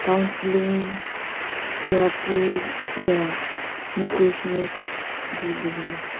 counselling ꯊꯦꯔꯥꯄꯤꯒ ꯒꯤ business